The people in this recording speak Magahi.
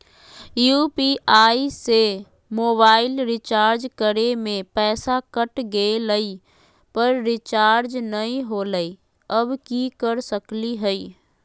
यू.पी.आई से मोबाईल रिचार्ज करे में पैसा कट गेलई, पर रिचार्ज नई होलई, अब की कर सकली हई?